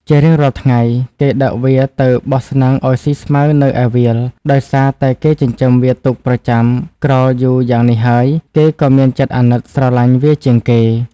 ជារៀងរាល់ថ្ងៃ គេដឹកវាទៅបោះស្នឹងឲ្យស៊ីស្មៅនៅឯវាល ដោយសារតែគេចិញ្ចឹមវាទុកប្រចាំក្រោលយូរយ៉ាងនេះហើយ គេក៏មានចិត្តអាណិតស្រឡាញ់វាជាងគេ។